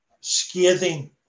scathing